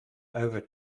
over